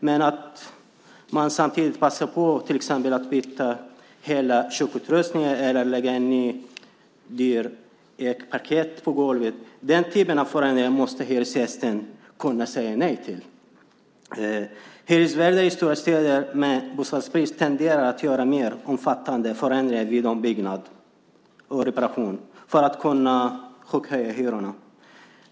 Men när man samtidigt passar på att till exempel byta hela köksutrustningen eller lägga in ny dyr ekparkett på golvet är det en typ av förändringar som hyresgästen måste kunna säga nej till. Hyresvärdar i stora städer med bostadsbrist tenderar att göra mer omfattande förändringar vid ombyggnad och reparation för att kunna chockhöja hyrorna.